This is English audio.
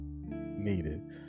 needed